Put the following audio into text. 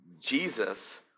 Jesus